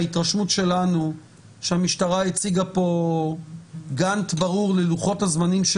ההתרשמות שלנו שהמשטרה הציגה פה "גאנט" ברור ללוחות הזמנים של